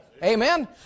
Amen